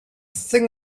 thing